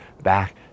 back